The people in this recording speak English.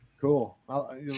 cool